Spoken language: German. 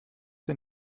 der